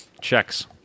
Checks